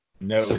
No